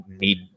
need